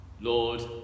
Lord